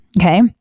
Okay